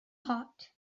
hot